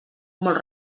molt